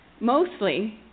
mostly